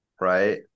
right